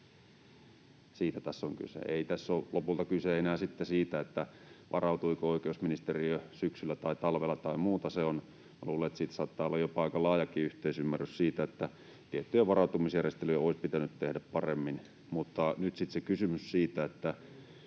Juuri näin!] Ei tässä ole lopulta kyse enää siitä, varautuiko oikeusministeriö syksyllä tai talvella tai muuta. Siitä saattaa olla jopa aika laajakin yhteisymmärrys, että tiettyjä varautumisjärjestelyjä olisi pitänyt tehdä paremmin, mutta nyt kysymys on siitä,